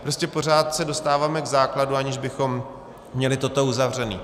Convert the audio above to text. Prostě pořád se dostáváme k základu, aniž bychom měli toto uzavřené.